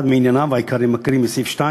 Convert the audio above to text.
אחד מענייניו העיקריים, ואני מקריא מסעיף 2: